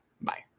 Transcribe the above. Bye